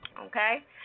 okay